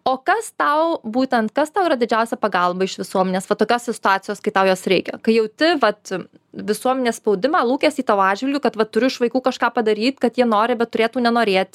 o kas tau būtent kas tau yra didžiausia pagalba iš visuomenės va tokiose situacijose kai tau jos reikia kai jauti vat visuomenės spaudimą lūkestį tavo atžvilgiu kad va turiu iš vaikų kažką padaryt kad jie nori bet turėtų nenorėt